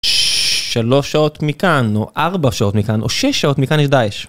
שלוש שעות מכאן, או ארבע שעות מכאן, או שש שעות מכאן יש דאעש.